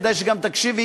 כדאי שגם תקשיבי,